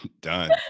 done